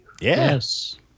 Yes